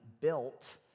built